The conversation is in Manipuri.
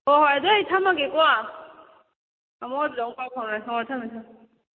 ꯍꯣ ꯍꯣꯏ ꯑꯗꯨꯑꯣꯏꯗꯤ ꯊꯝꯃꯒꯦꯀꯣ ꯑꯃꯨꯛ ꯑꯗꯨꯗ ꯑꯃꯨꯛ ꯄꯥꯎ ꯐꯥꯎꯅꯔꯁꯤ ꯍꯣ ꯊꯝꯃꯦ ꯊꯝꯃꯦ